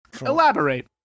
Elaborate